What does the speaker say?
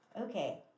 Okay